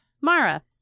Mara